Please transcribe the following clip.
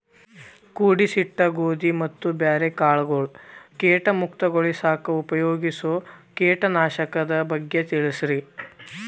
ಕೂಡಿಸಿಟ್ಟ ಗೋಧಿ ಮತ್ತ ಬ್ಯಾರೆ ಕಾಳಗೊಳ್ ಕೇಟ ಮುಕ್ತಗೋಳಿಸಾಕ್ ಉಪಯೋಗಿಸೋ ಕೇಟನಾಶಕದ ಬಗ್ಗೆ ತಿಳಸ್ರಿ